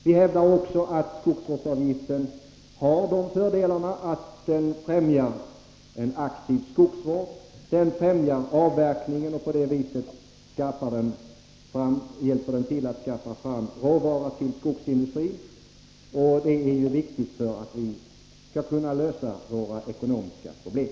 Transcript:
Vi hävdar också att skogsvårdsavgiften har den fördelen att den främjar en aktiv skogsvård; den främjar också avverkningen och på det sättet hjälper den till att skaffa fram råvara till skogsindustrin, och det är ju viktigt för att vi skall kunna lösa våra ekonomiska problem.